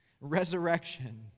resurrection